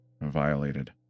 violated